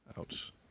Ouch